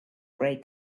grey